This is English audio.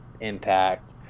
Impact